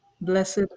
blessed